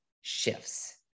shifts